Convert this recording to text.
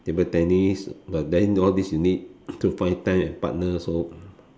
table tennis but then all these you need to find time and partner so